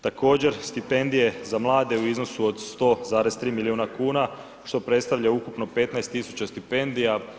Također, stipendije za mlade u iznosu od 100,3 milijuna kuna što predstavlja ukupno 15 tisuća stipendija.